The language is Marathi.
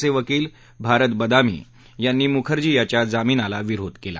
चे वकील भारत बदामी यांनी मुखर्जी याच्या जामीनाला विरोध केला